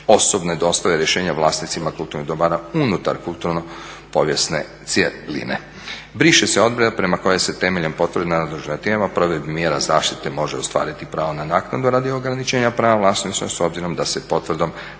osobne dostave rješenja vlasnicima kulturnih dobara unutar kulturno-povijesne cjeline. Briše se odredba prema kojoj se temeljem potvrde nadležnog tijela o provedbi mjera zaštite može ostvariti pravo na naknadu radi ograničenja prava vlasništva s obzirom da se potvrdom